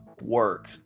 work